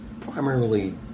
primarily